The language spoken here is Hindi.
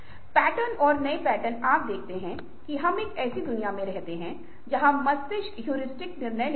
पैटर्न और नए पैटर्न आप देखते हैं कि हम एक ऐसी दुनिया में रहते हैं जहां मस्तिष्क हेयुरिस्टिक निर्णय लेता है